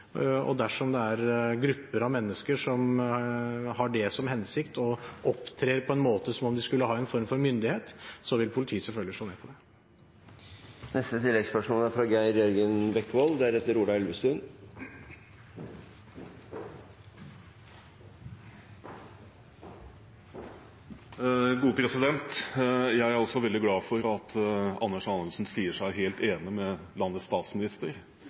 Dersom det er grupper av mennesker som har det som hensikt og opptrer på en måte som om de skulle ha en form for myndighet, vil politiet selvfølgelig slå ned på det. Geir Jørgen Bekkevold – til oppfølgingsspørsmål. Jeg er også veldig glad for at Anders Anundsen sier seg helt enig med landets statsminister